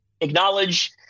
acknowledge